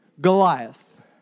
Goliath